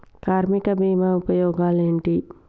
కార్మిక బీమా ఉపయోగాలేంటి?